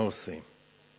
מה עושים?